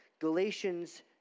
Galatians